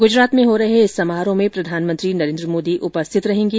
गुजरात में हो रहे इस समारोह में प्रधानमंत्री नरेन्द्र मोदी उपस्थित रहेंगे